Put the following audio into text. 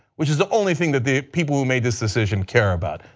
which is the only thing the the people who made this decision care about.